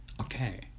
Okay